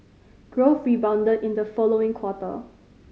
growth rebounded in the following quarter